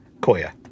Koya